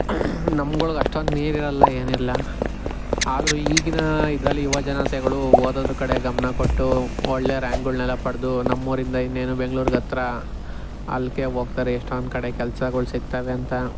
ನಮ್ಗಳ್ಗೆ ಅಷ್ಟೊಂದು ನೀರಿರಲ್ಲ ಏನಿರಲ್ಲ ಆದರು ಈಗಿನ ಇದರಲ್ಲಿ ಯುವಜನತೆಗಳು ಓದೋದ್ರ ಕಡೆ ಗಮನ ಕೊಟ್ಟು ಒಳ್ಳೆ ರ್ಯಾಂಕ್ಗಳ್ನೆಲ್ಲ ಪಡೆದು ನಮ್ಮೂರಿಂದ ಇನ್ನೇನು ಬೆಂಗ್ಳೂರಿಗತ್ರ ಅಲ್ಲಿಗೆ ಹೋಗ್ತಾರೆ ಎಷ್ಟೊಂದು ಕಡೆ ಕೆಲ್ಸಗಳ್ ಸಿಗ್ತಾವೆ ಅಂತ